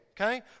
okay